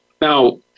Now